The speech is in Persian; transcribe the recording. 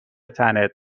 تنت